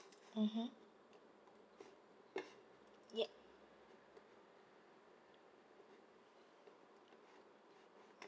mmhmm ya